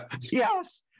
Yes